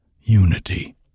unity